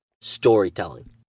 storytelling